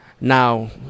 Now